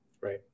Right